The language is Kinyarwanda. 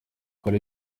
hari